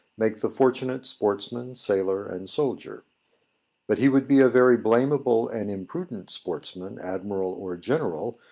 make the fortunate sportsman, sailor, and soldier but he would be a very blamable and imprudent sportsman, admiral, or general,